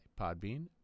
Podbean